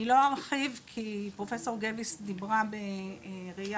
אני לא ארחיב כי פרופסור גביס דיברה בראיה